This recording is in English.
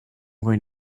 going